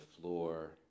floor